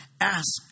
ask